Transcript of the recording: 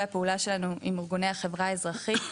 הפעולה שלנו עם ארגוני החברה האזרחית,